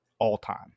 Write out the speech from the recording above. All-time